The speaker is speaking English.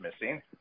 missing